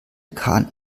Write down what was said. kahn